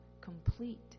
complete